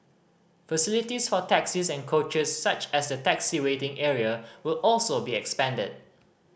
facilities for taxis and coaches such as the taxi waiting area will also be expanded